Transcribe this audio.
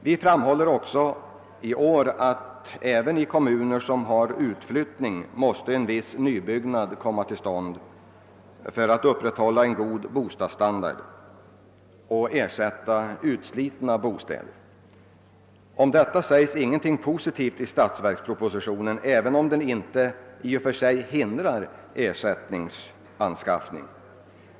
Vi framhåller också i år att även i utflyttningskommuner måste ett visst nybyggande komma till stånd för att upprätthålla en god bostadsstandard och ersätta utslitna bostäder. Om detta säges ingenting positivt i statsverkspropositionen, även om den inte hindrar ersättningsanskaffning.